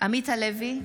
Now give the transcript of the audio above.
עמית הלוי,